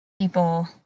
people